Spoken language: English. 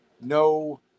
no